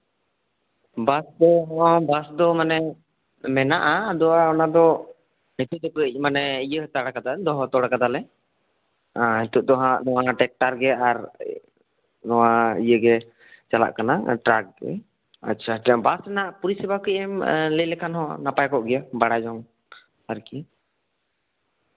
ᱵᱟᱥ ᱠᱚ ᱵᱟᱥ ᱫᱚ ᱢᱟᱱᱮ ᱢᱮᱱᱟᱜᱼᱟ ᱟᱫᱚ ᱚᱱᱟ ᱫᱚ ᱠᱟᱹᱴᱤᱡ ᱫᱚᱠᱚ ᱤᱭᱟᱹ ᱦᱟᱛᱟᱲ ᱠᱟᱫᱟ ᱫᱚᱦᱚ ᱦᱟᱛᱟᱲ ᱠᱟᱫᱟᱞᱮ ᱟᱨ ᱱᱤᱛᱚᱜ ᱫᱚ ᱦᱟᱜ ᱱᱚᱣᱟ ᱴᱨᱟᱠᱴᱟᱨᱜᱮ ᱱᱚᱣᱟ ᱤᱭᱟᱹᱜᱮ ᱪᱟᱞᱟᱜ ᱠᱟᱱᱟ ᱴᱨᱟᱠ ᱵᱟᱥ ᱨᱮᱱᱟᱜ ᱯᱚᱨᱤᱥᱮᱵᱟ ᱠᱟᱹᱴᱤᱡ ᱮᱢ ᱞᱟᱹᱭ ᱞᱮᱠᱷᱟᱱ ᱦᱚᱸ ᱱᱟᱯᱟᱭ ᱠᱚᱜ ᱠᱮᱭᱟ ᱵᱟᱲᱟᱭ ᱡᱚᱝ ᱟᱨᱠᱤ